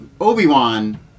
Obi-Wan